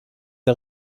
der